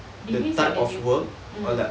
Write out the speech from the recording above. degree is like the new mm